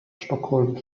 stockholm